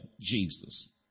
Jesus